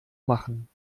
machen